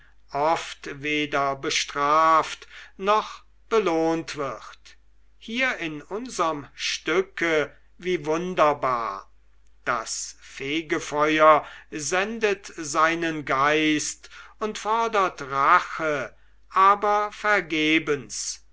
oft weder bestraft noch belohnt wird hier in unserm stücke wie wunderbar das fegefeuer sendet seinen geist und fordert rache aber vergebens